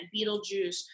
Beetlejuice